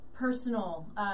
personal